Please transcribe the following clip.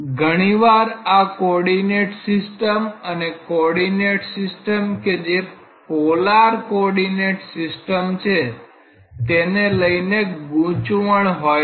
ઘણીવાર આ coordinate system અને કોર્ડીનેટ સિસ્ટમ કે જે પોલાર કોર્ડીનેટ સિસ્ટમ છે તેને લઈને ગૂંચવણ હોય છે